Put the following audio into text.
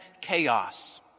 chaos